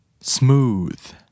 smooth